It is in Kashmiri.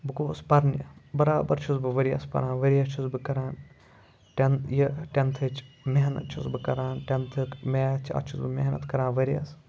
بہٕ گوٚوُس پَرنہِ برابر چھُس بہٕ ؤریَس پَران ؤریَس چھُس بہٕ کَران ٹٮ۪ن یہِ ٹٮ۪نتھٕچ محنت چھُس بہٕ کَران ٹٮ۪نتھُک میتھ چھِ اَتھ چھُس بہٕ محنت کَران ؤریَس